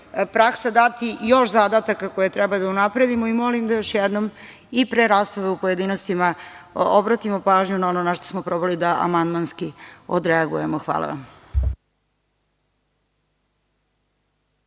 praksa dati još zadataka koje treba da unapredimo. Molim da još jednom i pre rasprave u pojedinostima obratimo pažnju na ono na šta smo probali da amandmanski odreagujemo. Hvala vam.